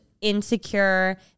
insecure